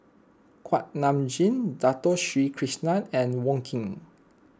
Kuak Nam Jin Dato Sri Krishna and Wong Keen